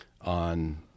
on